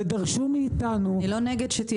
ודרשו מאיתנו --- אני לא נגד שתהיה